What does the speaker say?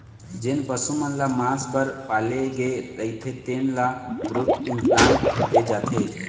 जेन पशु मन ल मांस बर पाले गे रहिथे तेन ल ग्रोथ इंप्लांट दे जाथे